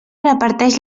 reparteix